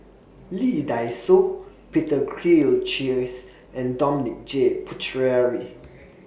Lee Dai Soh Peter and Dominic J Puthucheary